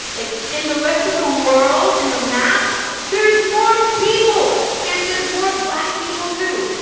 like, in the rest of the world in the map there's more people. and there's more black people, too.